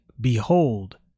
Behold